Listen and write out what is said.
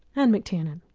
anne mctiernan.